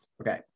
Okay